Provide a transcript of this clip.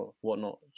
whatnot